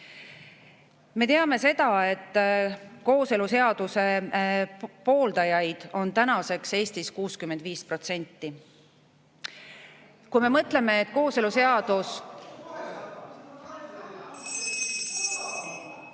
Me teame seda, et kooseluseaduse pooldajaid on tänaseks Eestis 65%. Kui me mõtleme, et kooseluseadus…